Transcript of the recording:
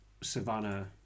savannah